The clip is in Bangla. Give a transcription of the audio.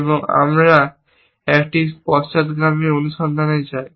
এবং আমরা একটি পশ্চাদগামী অনুসন্ধানে যাই